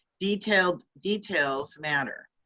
details details matter.